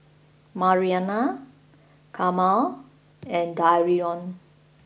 Marianna Carma and Darion